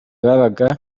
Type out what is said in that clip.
babaga